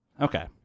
Okay